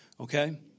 Okay